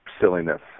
silliness